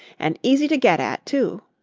and easy to get at, too.